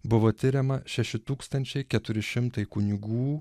buvo tiriama šeši tūkstančiai keturi šimtai kunigų